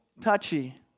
touchy